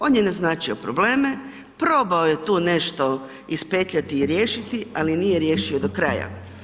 On je naznačio probleme, probao je tu nešto ispetljati i riješiti, ali nije riješio do kraja.